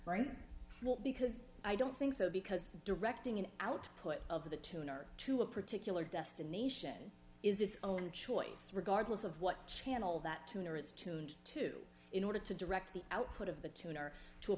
right because i don't think so because directing an output of the tuner to a particular destination is its own choice regardless of what channel that tuner is tuned to in order to direct the output of the tuner to a